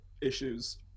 issues